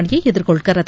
அணியை எதிர்கொள்கிறது